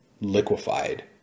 liquefied